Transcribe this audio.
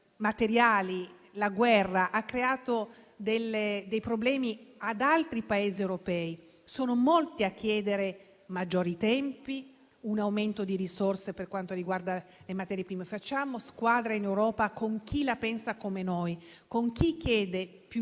materiali e la guerra hanno creato problemi anche ad altri Paesi europei. Sono in molti a chiedere tempi maggiori e un aumento di risorse per quanto riguarda le materie prime. Facciamo squadra in Europa con chi la pensa come noi e con chi chiede più